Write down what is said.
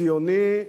ציוני,